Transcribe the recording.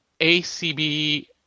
ACB